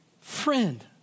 Friend